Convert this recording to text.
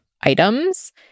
items